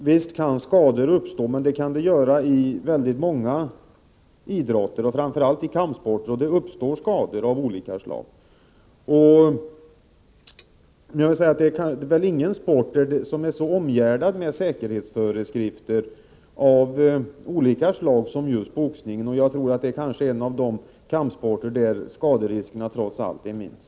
Visst kan det uppstå skador, men det kan det göra i många idrotter, framför allt i kampidrotter. Det uppstår skador av olika slag. Ingen sport är väl så omgärdad av säkerhetsföreskrifter som just boxningen. Jag tror att det är en av de kampsporter där skaderiskerna trots allt är minst.